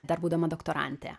dar būdama doktorantė